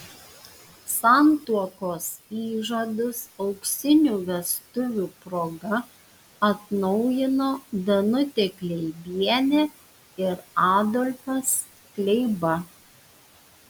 santuokos įžadus auksinių vestuvių proga atnaujino danutė kleibienė ir adolfas kleiba